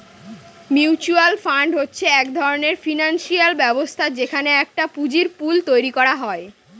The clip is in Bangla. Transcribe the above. মিউচুয়াল ফান্ড হচ্ছে এক ধরনের ফিনান্সিয়াল ব্যবস্থা যেখানে একটা পুঁজির পুল তৈরী করা হয়